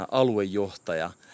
aluejohtaja